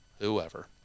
whoever